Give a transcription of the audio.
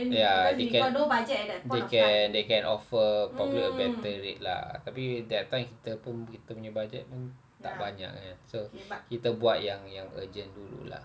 ya they can they can they can offer probably a better rate lah tapi that time kita pun kita punya budget pun tak banyak kan so kita buat yang yang urgent dulu lah